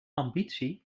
ambitie